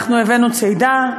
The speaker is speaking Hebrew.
אנחנו הבאנו צידה.